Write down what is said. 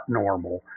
normal